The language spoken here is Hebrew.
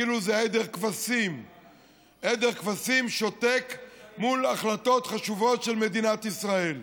כאילו זה עדר כבשים שותק מול החלטות חשובות של מדינת ישראל,